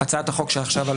הצעת החוק שעכשיו על השולחן.